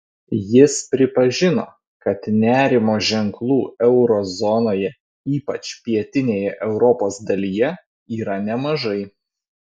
jis pripažino kad nerimo ženklų euro zonoje ypač pietinėje europos dalyje yra nemažai